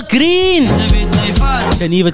Green